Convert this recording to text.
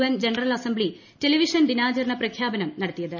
N general assembly television ദിനാചരണ പ്രഖ്യാപനം നടത്തിയത്